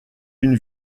une